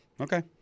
Okay